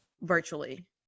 virtually